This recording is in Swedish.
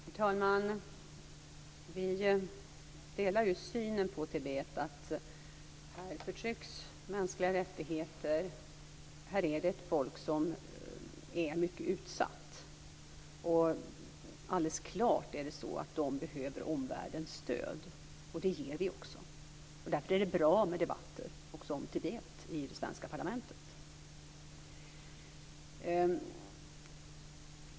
Herr talman! Vi delar synen på Tibet, att där förtryckts mänskliga rättigheter och där är folket mycket utsatt. Det är alldeles klart att man behöver omvärldens stöd, och det ger vi också. Därför är det bra med debatter om Tibet i det svenska parlamentet.